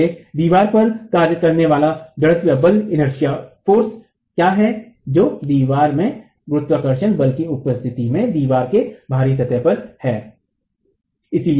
इसलिए दीवार पर कार्य करने वाला जड़त्वीय बल क्या है जो दीवार में गुरुत्वाकर्षण बल की उपस्थिति में दीवार के बाहरी सतह पर है